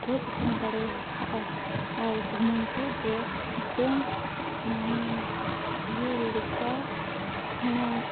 ᱜᱚᱡᱦᱚᱸ ᱫᱟᱲᱮᱭᱟᱜᱼᱟ ᱟᱨ ᱫᱷᱩᱢᱠᱮᱛᱩᱫᱚ ᱢᱤᱫᱴᱟᱝ ᱢᱟᱱᱮ ᱫᱷᱤᱨᱤ ᱞᱮᱠᱟ ᱥᱮᱬᱟ